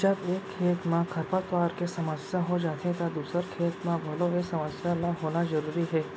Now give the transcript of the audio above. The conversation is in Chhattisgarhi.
जब एक खेत म खरपतवार के समस्या हो जाथे त दूसर खेत म घलौ ए समस्या ल होना जरूरी हे